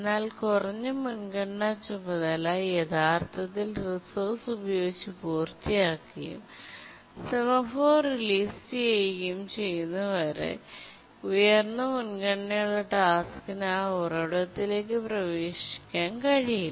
എന്നാൽ കുറഞ്ഞ മുൻഗണനാ ചുമതല യഥാർത്ഥത്തിൽ റിസോഴ്സ് ഉപയോഗിച്ച് പൂർത്തിയാക്കുകയും സെമാഫോർ റിലീസ് ചെയ്യുകയും ചെയ്യുന്നതുവരെ ഉയർന്ന മുൻഗണനയുള്ള ടാസ്ക്കിന് ആ ഉറവിടത്തിലേക്ക് പ്രവേശിക്കാൻ കഴിയില്ല